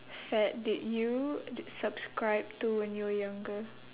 fad did you subscribe to when you were younger